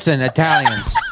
Italians